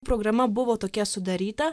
programa buvo tokia sudaryta